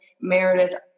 Meredith